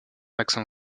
accent